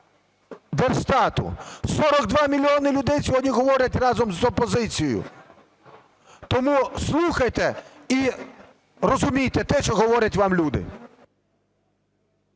Держстату, 42 мільйони людей сьогодні говорять разом з опозицією. Тому слухайте і розумійте те, що говорять вам люди.